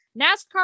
NASCAR